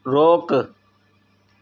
रोकु